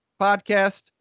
podcast